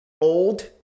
old